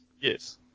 Yes